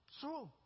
true